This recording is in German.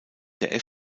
der